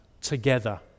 together